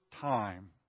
time